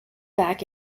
back